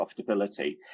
profitability